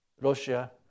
Russia